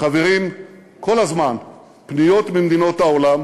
חברים כל הזמן פניות ממדינות העולם,